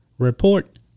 Report